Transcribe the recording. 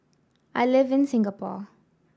I live in Singapore